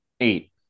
Eight